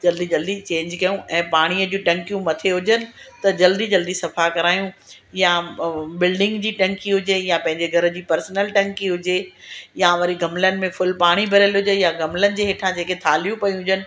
जल्दी जल्दी चेंज कयूं ऐं पाणीअ जूं टंकियूं मथे हुजनि त जल्दी जल्दी सफ़ा करायूं या बिल्डिंग जी टंकी हुजे या पंहिंजे घर जी पर्सनल टंकी हुजे या वरी गमलनि में फुल पाणी भरियल हुजे या गमलनि जे हेठां जेके थालियूं पयूं हुजनि